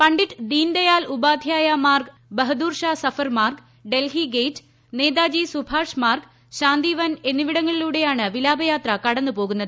Pandit Deendayal Upadhyaya Marg Bahadurshah Zafar Marg Delhi gate Netaji Subhash Marg Shantivan എന്നിവിടങ്ങളിലൂടെയാണ് വിലാപയാത്ര കടന്നുപോകുന്നത്